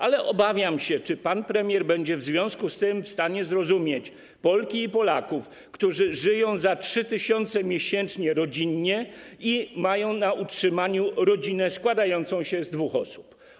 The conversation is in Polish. Ale obawiam się, czy pan premier będzie w związku z tym w stanie zrozumieć Polki i Polaków, którzy żyją za 3 tys. miesięcznie i mają na utrzymaniu rodzinę składającą się z dwóch osób.